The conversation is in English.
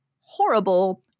horrible